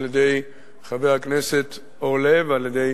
על-ידי חבר הכנסת אורלב ועל-ידי